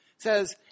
says